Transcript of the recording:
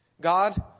God